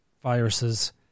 viruses